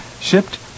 shipped